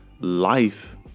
life